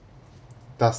does